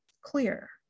clear